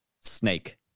Snake